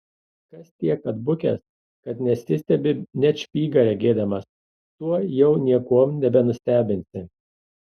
kas tiek atbukęs kad nesistebi net špygą regėdamas to jau niekuom nebenustebinsi